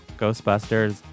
Ghostbusters